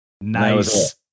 Nice